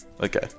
Okay